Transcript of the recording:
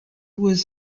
was